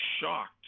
shocked